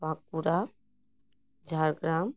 Bankura Jhargram